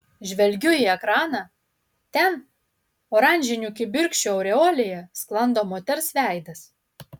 žvelgiu į ekraną ten oranžinių kibirkščių aureolėje sklando moters veidas